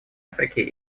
африки